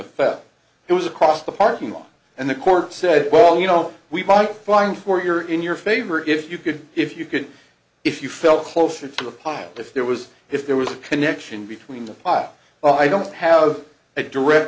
affect it was across the parking lot and the court said well you know we've been flying for your in your favor if you could if you could if you felt closer to the pilot if there was if there was a connection between the pile i don't have a direct